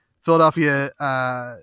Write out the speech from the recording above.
Philadelphia